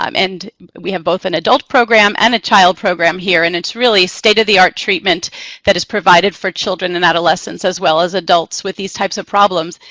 um and we have both an adult program and a child program here. and it's really state of the art treatment that is provided for children and adolescents as well as adults with these types of problems,